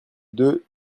deux